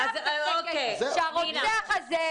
שהפצצה המתקתקת,